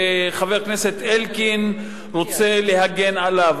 וחבר הכנסת אלקין רוצה להגן עליו.